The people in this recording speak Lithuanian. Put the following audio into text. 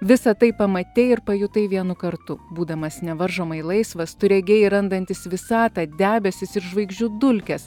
visa tai pamatei ir pajutai vienu kartu būdamas nevaržomai laisvas tu regėjai randantis visatą debesis ir žvaigždžių dulkes